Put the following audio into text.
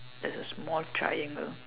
there's a small triangle